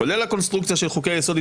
כולל הקונסטרוקציה של חוקי היסוד,